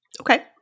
Okay